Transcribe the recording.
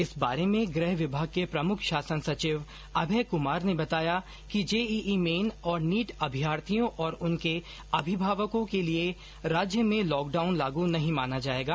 इस बारे में गृह विभाग के प्रमुख शासन सचिव अभय कुमार ने बताया कि जेईई मेन और नीट अभ्यर्थियों और उनके अभिभावकों के लिए राज्य में लॉकडाउन लागू नहीं माना जाएगा